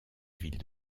ville